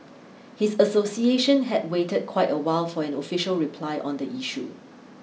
his association had waited quite a while for an official reply on the issue